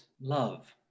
love